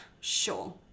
Sure